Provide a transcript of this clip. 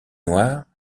noirs